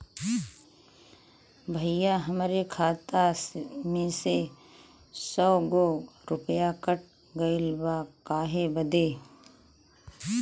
भईया हमरे खाता मे से सौ गो रूपया कट गइल बा काहे बदे?